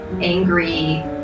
angry